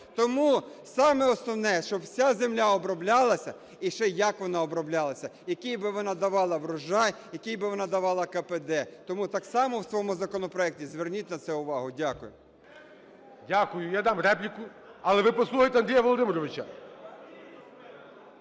Тому саме основне – щоб вся земля оброблялася, і ще як вона оброблялася, який би вона давала врожай, який би вона давала КПД. Тому так само в цьому законопроекті зверніть на це увагу. Дякую. ГОЛОВУЮЧИЙ. Дякую. Я дам репліку, але ви послухайте Андрія Володимировича.